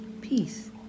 peace